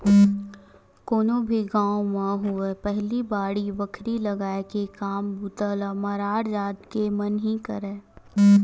कोनो भी गाँव म होवय पहिली बाड़ी बखरी लगाय के काम बूता ल मरार जात के मन ही करय